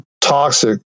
toxic